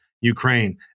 Ukraine